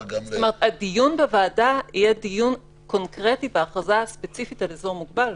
הדיון בוועדה יהיה דיון קונקרטי בהכרזה ספציפית על אזור מוגבל.